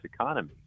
economy